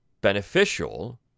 beneficial